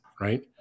Right